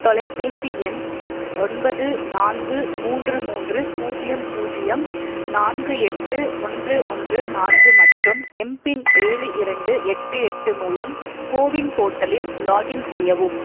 தொலைபேசி எண் ஒன்பது நான்கு மூன்று மூன்று பூஜ்ஜியம் பூஜ்ஜியம் நான்கு எட்டு ஒன்று ஒன்று நான்கு மற்றும் எம்பின் ஏழு இரண்டு எட்டு எட்டு மூலம் கோவின் போர்ட்டலில் லாகின் செய்யவும்